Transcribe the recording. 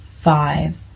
five